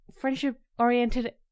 friendship-oriented